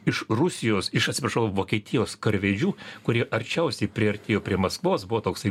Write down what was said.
iš rusijos iš atsiprašau vokietijos karvedžių kurie arčiausiai priartėjo prie maskvos buvo toksai